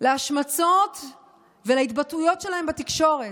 להשמצות ולהתבטאויות שלהם בתקשורת,